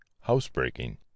Housebreaking